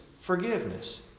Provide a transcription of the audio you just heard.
forgiveness